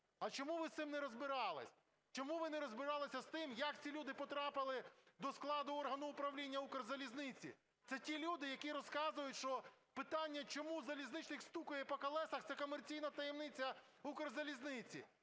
А чому ви з цим не розбирались? Чому ви не розбиралися з тим, як ці люди потрапили до складу органу управління Укрзалізниці? Це ті люди, які розказують, що питання, чому залізничник стукає по колесах, – це комерційна таємниця Укрзалізниці.